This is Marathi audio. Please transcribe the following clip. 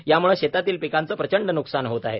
यामुळे शेतातील पिकांचे प्रचंड न्कसान होत आहे